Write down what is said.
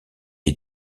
est